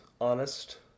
honest